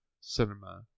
cinema